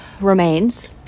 remains